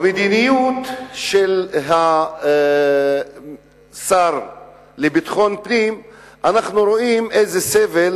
במדיניות של השר לביטחון פנים אנחנו רואים איזה סבל